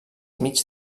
mig